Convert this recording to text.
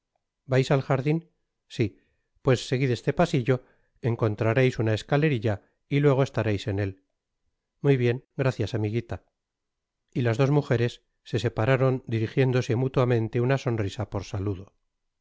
vais al jardin si pues seguid este pasillo encontrareis una escalerilla y luego estareis en él muy bien gracias amiguita y las dos mujeres se separaron dirigiéndose mútuamente una sonrisa por saludo